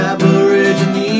Aborigines